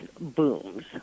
booms